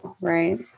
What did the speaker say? Right